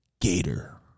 Gator